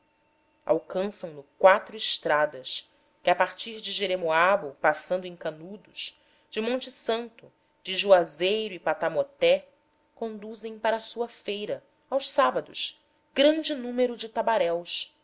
tristonho alcançam no quatro estradas que a partir de jeremoabo passando em canudos de monte santo de juazeiro e patamoté conduzem para a sua feira aos sábados grande número de tabaréus sem